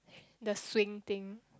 the swing thing